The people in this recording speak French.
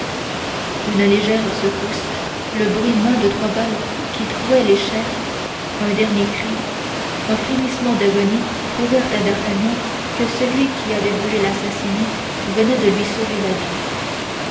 une légère secousse le bruit mat de trois balles qui trouaient les chairs un dernier cri un frémissement d'agonie prouvèrent à d'artagnan que celui qui avait voulu l'assassiner venait de lui sauver la vie